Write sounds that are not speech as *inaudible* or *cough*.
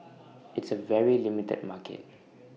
*noise* it's A very limited market